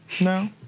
No